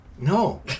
No